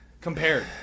Compared